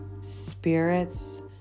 spirits